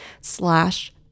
slash